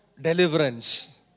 Deliverance